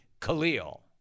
Khalil